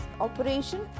operation